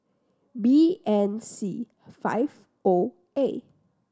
B N C five O A